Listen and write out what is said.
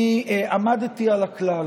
אני עמדתי על הכלל